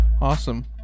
awesome